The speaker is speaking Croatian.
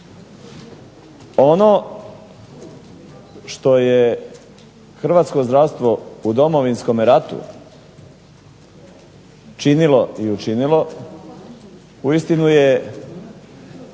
Ono što je hrvatsko zdravstvo u Domovinskome ratu činilo i učinilo uistinu je